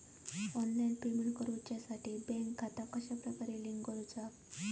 Online payment करुच्याखाती bank खाते कश्या प्रकारे लिंक करुचा?